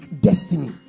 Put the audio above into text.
destiny